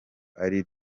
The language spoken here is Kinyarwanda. ari